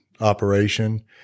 operation